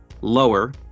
lower